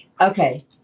Okay